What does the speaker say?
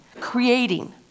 creating